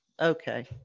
okay